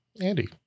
Andy